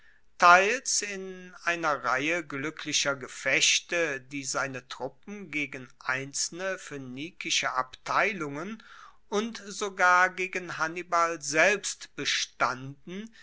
teils in einer reihe gluecklicher gefechte die seine truppen gegen einzelne phoenikische abteilungen und sogar gegen hannibal selbst bestanden